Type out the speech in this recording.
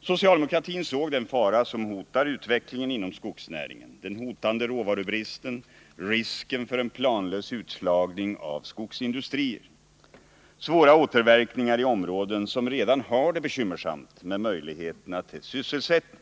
Socialdemokratin såg den fara som hotar utvecklingen inom skogsnäringen: den hotande råvarubristen, risken för en planlös utslagning av skogsindustrierna, svåra återverkningar i områden som redan har det bekymmersamt med möjligheterna till sysselsättning.